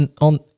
on